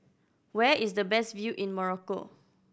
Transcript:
where is the best view in Morocco